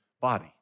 body